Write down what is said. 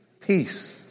Peace